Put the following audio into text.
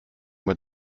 were